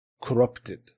corrupted